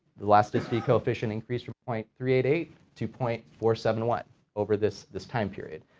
the elasticity coefficient increased from point three eight eight to point four seven one over this, this time period.